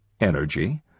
energy